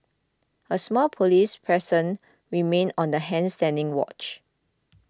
a small police presence remained on the hand standing watch